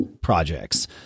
projects